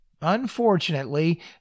unfortunately